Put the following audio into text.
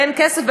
ואין כסף,